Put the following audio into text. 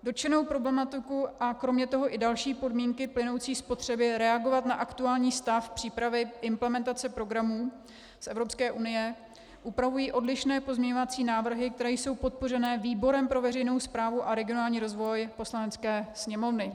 Dotčenou problematiku a kromě toho i další podmínky plynoucí z potřeby reagovat na aktuální stav přípravy implementace programů z Evropské unie upravují odlišné pozměňovací návrhy, které jsou podpořené výborem pro veřejnou správu a regionální rozvoj Poslanecké sněmovny.